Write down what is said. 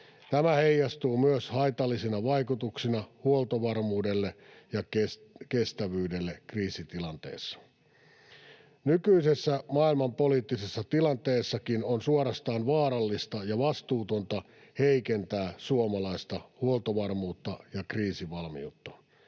Tämä heijastuu myös haitallisina vaikutuksina huoltovarmuudelle ja kestävyydelle kriisitilanteessa. Nykyisessä maailmanpoliittisessa tilanteessakin on suorastaan vaarallista ja vastuutonta heikentää suomalaista huoltovarmuutta ja kriisivalmiutta.